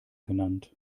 genannt